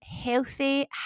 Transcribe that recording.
healthy